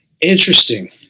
Interesting